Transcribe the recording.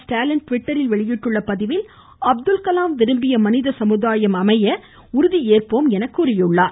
ஸ்டாலின் ட்விட்டரில் வெளியிட்டுள்ள பதிவில் அப்துல்கலாம் விரும்பிய மனித சமுதாயம் அமைக்க உறுதி ஏற்போம் எனக் கூறியுள்ளார்